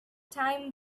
time